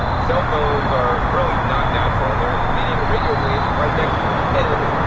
cell phones are really not natural and they're emitting radio waves right next to your head,